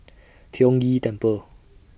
Tiong Ghee Temple